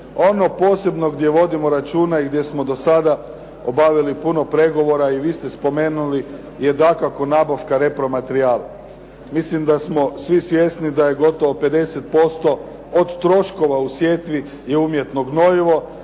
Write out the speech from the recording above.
Ono posebno gdje vodimo računa i gdje smo do sada obavili puno pregovora i vi ste spomenuli je dakako nabavka repromaterijala. Mislim da smo svi svjesni da je gotovo 50% od troškova u sjetvi je umjetno gnojivo